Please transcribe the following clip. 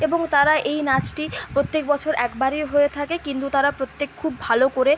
এবং তারা এই নাচটি প্রত্যেক বছর একবারে হয়ে থাকে কিন্তু তারা প্রত্যেক খুব ভালো করে